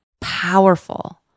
powerful